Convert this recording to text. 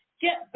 Get